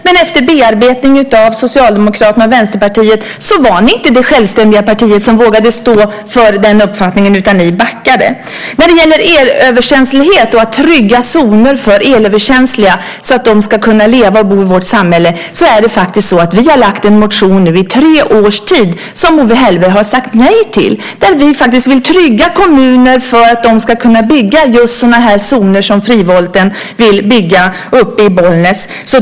Men efter bearbetning av Socialdemokraterna var ni inte det självständiga partiet som vågade stå för den uppfattningen, utan ni backade. När det gäller elöverkänslighet och trygga zoner för elöverkänsliga så att de ska kunna leva och bo i vårt samhälle har vi väckt en motion nu tre år i rad, som Owe Hellberg har sagt nej till. Där vill vi trygga att kommuner ska kunna bygga just sådana zoner som Frivolten vill bygga uppe i Bollnäs.